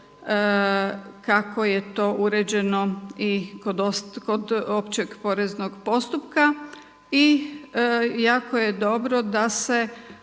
kako je to uređeno i kod Općeg poreznog postupka. I jako je dobro da se